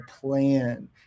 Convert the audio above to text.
plan